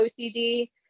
OCD